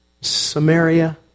Samaria